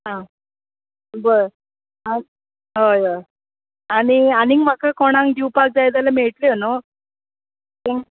आं बरें हय हय आनी आनीक म्हाका कोणाक दिवपाक जाय जाल्यार मेळटलीं न्हू